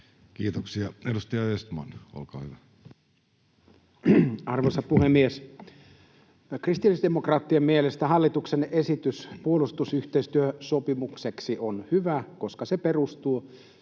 laeiksi Time: 14:23 Content: Arvoisa puhemies! Kristillisdemokraattien mielestä hallituksen esitys puolustusyhteistyösopimukseksi on hyvä, koska se perustuu